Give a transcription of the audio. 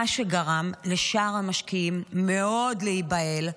מה שגרם לשאר המשקיעים להיבהל מאוד,